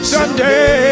Sunday